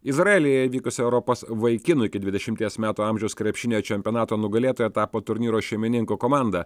izraelyje vykusio europos vaikinų iki dvidešimies metų amžiaus krepšinio čempionato nugalėtoja tapo turnyro šeimininkų komanda